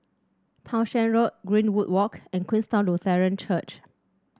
Townshend Road Greenwood Walk and Queenstown Lutheran Church